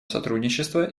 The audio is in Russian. сотрудничества